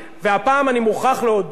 ויתרתם על הפאשיזם.